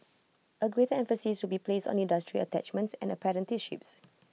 A greater emphasis will be placed on industry attachments and apprenticeships